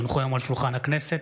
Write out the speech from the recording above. כי הונחו היום על שולחן הכנסת,